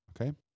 Okay